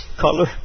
Color